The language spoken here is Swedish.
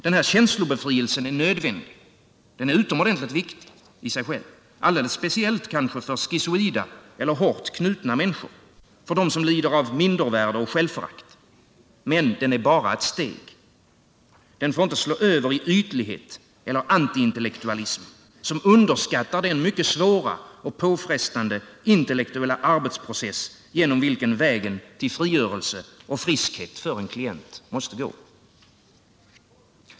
Den här känslobefrielsen är nödvändig och utomordentligt viktig i sig själv, alldeles speciellt kanske för schizoida eller hårt knutna människor, för dem som lider av mindervärde och självförakt — men den är bara ett steg. Den får inte slå över i ytlighet eller antiintellektualism, som underskattar den mycket svåra och påfrestande intellektuella arbetsprocess genom vilken vägen till frigörelse och friskhet för en klient måste gå.